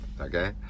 okay